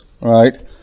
right